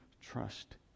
trust